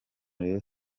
rayon